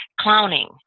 clowning